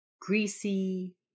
Greasy